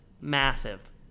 massive